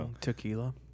tequila